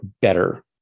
better